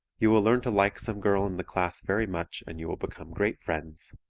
you will learn to like some girl in the class very much and you will become great friends.